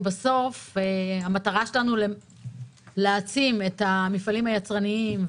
כי בסוף המטרה שלנו להעצים את המפעלים היצרניים,